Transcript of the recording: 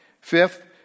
Fifth